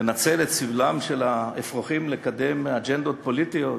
לנצל את סבלם של האפרוחים לקדם אג'נדות פוליטיות